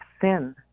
sin